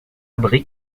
abri